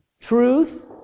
truth